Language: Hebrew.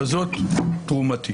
בזאת תרומתי.